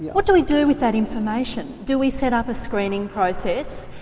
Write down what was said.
yeah what do we do with that information? do we set up a screening process?